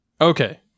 Okay